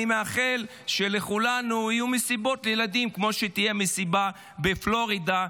אני מאחל לכך שלכולנו יהיו מסיבות ילדים כמו המסיבה שתהיה בפלורידה,